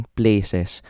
places